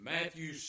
Matthew